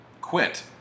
quit